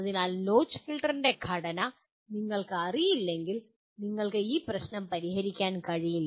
അതിനാൽ നോച്ച് ഫിൽട്ടറിന്റെ ഘടന നിങ്ങൾക്ക് അറിയില്ലെങ്കിൽ നിങ്ങൾക്ക് ഈ പ്രശ്നം പരിഹരിക്കാൻ കഴിയില്ല